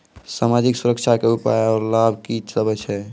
समाजिक सुरक्षा के उपाय आर लाभ की सभ छै?